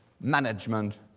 management